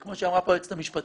כמו שאמרה פה היועצת המשפטית,